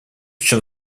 чем